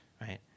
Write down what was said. right